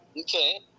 Okay